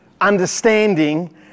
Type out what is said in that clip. understanding